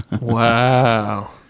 Wow